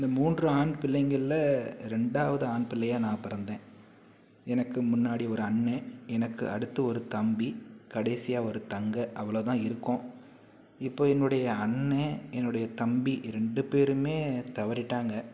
இந்த மூன்று ஆண் பிள்ளைங்களில் ரெண்டாவது ஆண் பிள்ளையாக நான் பிறந்தேன் எனக்கு முன்னாடி ஒரு அண்ணே எனக்கு அடுத்து ஒரு தம்பி கடைசியாக ஒரு தங்க அவ்வளோ தான் இருக்கோம் இப்போ என்னுடைய அண்ணே என்னுடைய தம்பி ரெண்டு பேருமே தவறிட்டாங்க